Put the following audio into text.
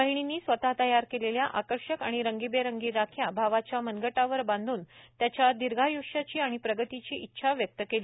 बहिर्णींनी स्वतः तयार केलेल्या आकर्षक आणि रंगीबेरंगी राख्या भावाच्या मनगटावर बांधून त्याच्या दिर्घायुष्याची आणि प्रगतीची इच्छा व्यक्त केली